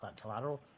collateral